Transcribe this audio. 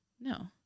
No